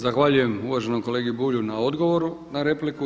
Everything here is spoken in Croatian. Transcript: Zahvaljujem uvaženom kolegi Bulju na odgovoru na repliku.